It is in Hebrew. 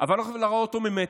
אבל אף אחד לא ראה אותו ממטר.